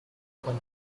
coin